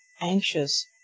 anxious